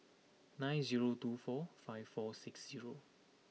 nine zero two four five four six zero